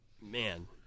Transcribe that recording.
Man